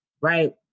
right